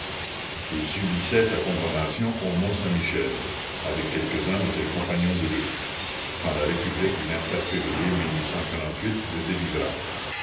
il subissait sa condamnation au mont saint michel avec quelquesuns de ses compagnons de lutte quand la république du février le délivra